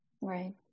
Right